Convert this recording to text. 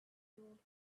old